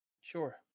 Sure